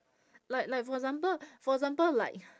like like for example for example like